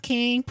King